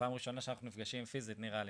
פעם ראשונה שאנחנו נפגשים פיזית נראה לי,